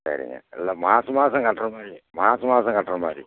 சரிங்க இல்லை மாதம் மாதம் கட்டுற மாதிரி மாதம் மாதம் கட்டுற மாதிரி